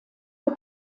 vor